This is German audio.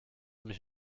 mich